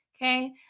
Okay